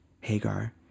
Hagar